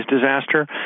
disaster